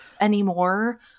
anymore